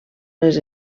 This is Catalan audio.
les